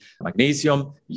magnesium